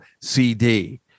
CD